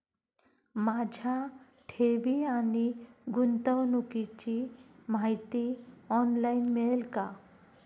माझ्या ठेवी आणि गुंतवणुकीची माहिती ऑनलाइन मिळेल का?